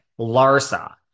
Larsa